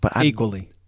Equally